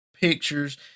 pictures